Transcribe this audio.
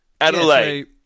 Adelaide